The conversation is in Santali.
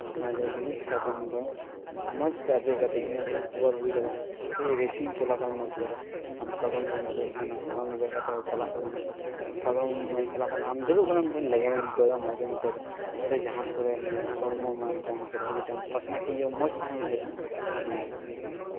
ᱢᱟᱱᱮ ᱱᱤᱛ ᱜᱮ ᱥᱟᱫᱚᱢ ᱫᱚ ᱢᱚᱡᱽ ᱜᱮ ᱫᱮᱡ ᱠᱟᱛᱮᱫ ᱤᱱᱟᱹ ᱠᱚ ᱩᱯᱚᱠᱟᱨ ᱦᱩᱭ ᱫᱟᱲᱮᱭᱟᱜᱼᱟ ᱥᱮ ᱨᱮᱥᱤᱝ ᱪᱚᱞᱟᱠᱚᱞᱤᱱ ᱩᱱ ᱚᱠᱛᱮ ᱨᱮ ᱟᱢ ᱥᱟᱫᱚᱢ ᱨᱮᱢ ᱫᱮᱡ ᱠᱟᱱᱟ ᱥᱟᱫᱚᱢ ᱨᱮ ᱫᱮᱡ ᱠᱟᱛᱮᱫ ᱪᱟᱞᱟᱜ ᱠᱟᱱᱟᱢ ᱛᱚ ᱥᱟᱫᱚᱢᱮ ᱪᱟᱞᱟᱜ ᱠᱟᱱᱟᱢ ᱟᱢ ᱫᱩᱲᱩᱵ ᱠᱟᱱᱟᱢ ᱢᱤᱫᱴᱮᱱ ᱞᱮᱜᱮᱢᱮᱢ ᱟᱹᱭᱠᱟᱹᱣ ᱫᱟ ᱢᱚᱡᱮᱢ ᱟᱹᱭᱠᱟᱣᱫᱟ ᱥᱮ ᱡᱟᱦᱟᱸ ᱠᱚᱨᱮ ᱢᱟᱱᱮ ᱦᱚᱲᱢᱚ ᱢᱟᱱᱮ ᱢᱤᱫᱴᱟᱝ ᱯᱟᱨᱥᱚᱱᱟᱞᱤᱴᱤ ᱱᱤᱡᱮ ᱦᱚᱸ ᱢᱚᱡᱽ ᱛᱟᱦᱮᱸ ᱦᱩᱭ ᱫᱟᱲᱮᱭᱟᱜᱼᱟ ᱱᱤᱭᱟᱹ ᱠᱟᱱᱟ